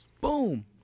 Boom